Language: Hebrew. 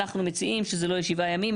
אנחנו מציעים שזה לא יהיה 7 ימים,